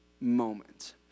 moment